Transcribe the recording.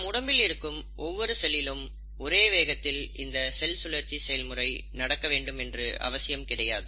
நம் உடம்பில் இருக்கும் ஒவ்வொரு செல்லிலும் ஒரே வேகத்தில் இந்த செல் சுழற்சி செயல்முறை நடக்க வேண்டும் என்ற அவசியம் கிடையாது